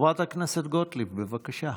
חברת הכנסת גוטליב, בבקשה.